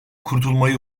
kurtulmayı